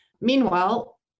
Meanwhile